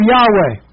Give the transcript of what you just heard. Yahweh